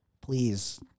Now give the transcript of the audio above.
Please